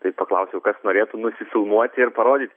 tai paklausiau kas norėtų nusifilmuoti ir parodyti